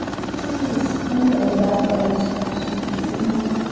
feeling the skin of the back body stretch as you breathe in.